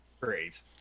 Great